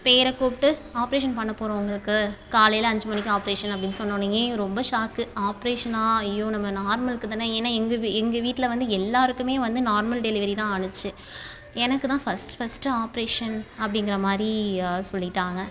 பேரை கூப்பிட்டு ஆப்ரேஷன் பண்ணப்போகறோம் உங்களுக்கு காலையில் அஞ்சு மணிக்கு ஆப்ரேஷன் அப்படினு சொன்சோனயே ரொம்ப ஷாக்கு ஆப்ரேஷனா ஐயோ நம்ம நார்மலுக்கு தானே ஏன்னா எங்கள் எங்கள் வீட்டில் வந்து எல்லாருக்குமே வந்து நார்மல் டெலிவரி தான் ஆனுச்சு எனக்கு தான் ஃபர்ஸ்ட் ஃபர்ஸ்ட்டு ஆப்ரேஷன் அப்படிங்கிறமாரி சொல்லிவிட்டாங்க